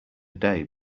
day